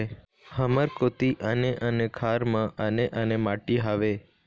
हमर कोती आने आने खार म आने आने माटी हावे?